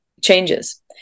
Changes